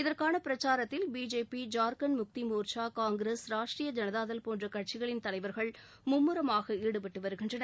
இதற்கான பிரச்சாரத்தில் பிஜேபி ஜார்க்கண்ட் முக்தி மோர்ச்சா காங்கிரஸ் ராஷ்ட்ரிய ஜனதாதள் போன்ற கட்சிகளின் தலைவர்கள் மும்முரமாக ஈடுபட்டு வருகின்றனர்